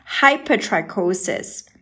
hypertrichosis